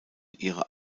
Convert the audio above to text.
ihre